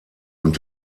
und